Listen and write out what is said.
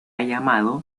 llamado